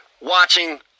watching